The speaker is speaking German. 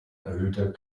erhöhter